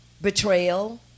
betrayal